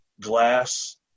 glass